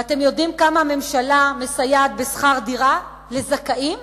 ואתם יודעים כמה הממשלה מסייעת בשכר דירה לזכאים?